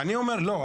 לא.